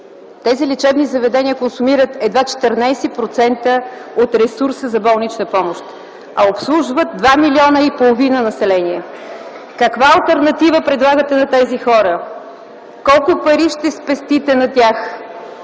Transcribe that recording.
Тези лечебни заведения консумират едва 14% от ресурса за болнична помощ, а обслужват 2,5 милиона население. Каква алтернатива предлагате на тези хора? Колко пари ще спестите от тях?